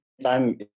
Time